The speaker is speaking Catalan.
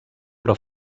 però